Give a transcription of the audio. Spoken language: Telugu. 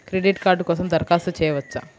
క్రెడిట్ కార్డ్ కోసం దరఖాస్తు చేయవచ్చా?